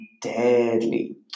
deadly